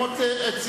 הם עוד צעירים.